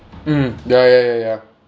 mm ya ya ya ya